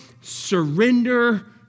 surrender